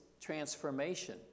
transformation